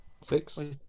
Six